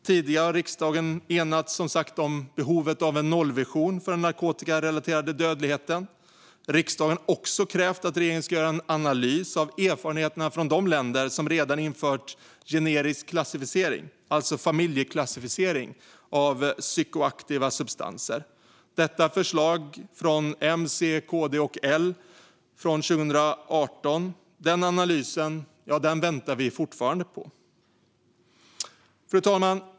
Tidigare har riksdagen som sagt enats om behovet av en nollvision för den narkotikarelaterade dödligheten. Riksdagen har också krävt att regeringen ska göra en analys av erfarenheterna från de länder som redan har infört generisk klassificering, alltså familjeklassificering, av psykoaktiva substanser - detta efter ett förslag från M, C, KD och L från 2018. Den analysen väntar vi fortfarande på. Fru talman!